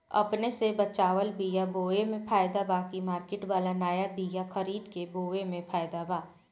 अपने से बचवाल बीया बोये मे फायदा बा की मार्केट वाला नया बीया खरीद के बोये मे फायदा बा?